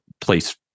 place